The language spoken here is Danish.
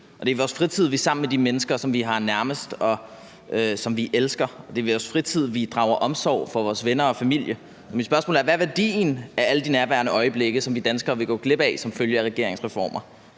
Det er i vores fritid, vi er sammen med de mennesker, som vi er nærmest, og som vi elsker. Det er i vores fritid, vi drager omsorg for vores venner og familie. Mit spørgsmål er: Hvad er værdien af alle de nærværende øjeblikke, som vi danskere vil gå glip af som følge af regeringens reformer?